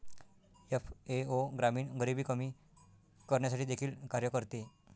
FAO ग्रामीण गरिबी कमी करण्यासाठी देखील कार्य करते